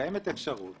שקיימת אפשרות